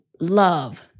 love